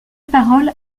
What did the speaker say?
paroles